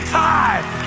time